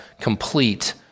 complete